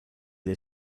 dei